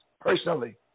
personally